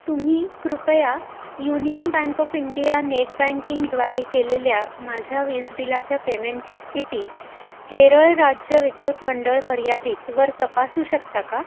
तुम्ही कृपया Union Bank of India net बँकिंगद्वारे केलेल्या माझ्या वीज बिलाच्या पेमेंटची स्थिती केरळ राज्य विद्युत मंडळ मर्यादितवर तपासू शकता का